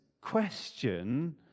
question